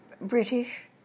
British